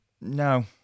No